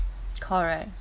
correct